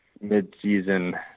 mid-season